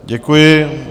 Děkuji.